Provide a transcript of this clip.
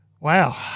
Wow